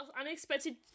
unexpected